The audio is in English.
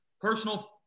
personal